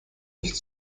nicht